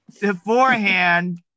beforehand